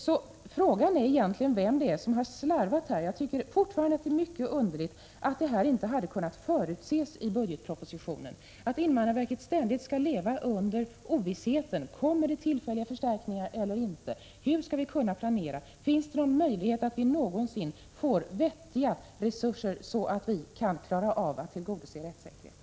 Så frågan är vem det egentligen är som har slarvat här. Jag tycker fortfarande att det är mycket underligt att det här inte kunnat förutses i budgetpropositionen, att invandrarverket ständigt skall leva under ovissheten: Kommer det tillfälliga förstärkningar eller inte? Hur skall vi kunna planera? Finns det någon möjlighet att vi någonsin får vettiga resurser så att vi kan klara av att tillgodose rättssäkerheten?